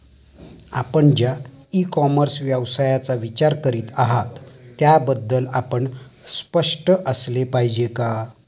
आपण ज्या e commerce व्यवसायाचा विचार करीत आहात त्याबद्दल आपण स्पष्ट असले पाहिजे का?